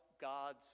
God's